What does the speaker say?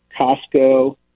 Costco